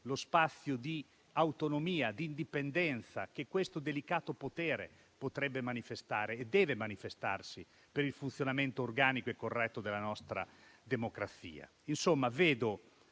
lo spazio di autonomia e di indipendenza che questo delicato potere potrebbe manifestare e deve manifestare per il funzionamento organico e corretto della nostra democrazia. Insomma, vedo